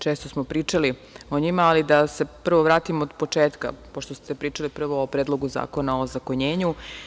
Čessto smo pričali o njima, ali da se prvo vratimo od početka, pošto ste prvo pričali o Predlogu zakona o ozakonjenju.